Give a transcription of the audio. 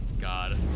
God